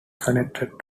connected